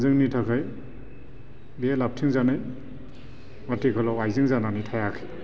जोंनि थाखाय बेयो लाबथिंजानो आथिखालाव आइजें जानानै थायाखै